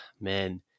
man